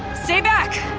stay back!